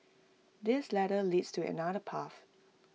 this ladder leads to another path